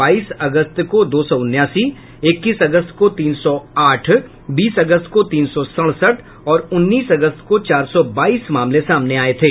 बाईस अगस्त को दो सौ उनासी इक्कीस अगस्त को तीन सौ आठ बीस अगस्त को तीन सौ सड़सठ और उन्नीस अगस्त को चार सौ बाईस मामले सामने आये थे